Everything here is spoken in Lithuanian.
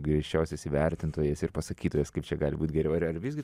griežčiausias įvertintojas ir pasakytojas kaip čia gali būt geriau ar ar visgi